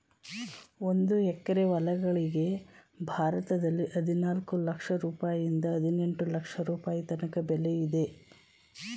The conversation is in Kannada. ಒಂದು ಎಕರೆ ಹೊಲಗಳಿಗೆ ಭಾರತದಲ್ಲಿ ಹದಿನಾಲ್ಕು ಲಕ್ಷ ರುಪಾಯಿಯಿಂದ ಹದಿನೆಂಟು ಲಕ್ಷ ರುಪಾಯಿ ತನಕ ಬೆಲೆ ಇದೆ